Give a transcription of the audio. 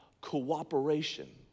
cooperation